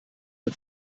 ein